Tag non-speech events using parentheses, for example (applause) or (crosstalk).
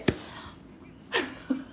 (noise) (laughs)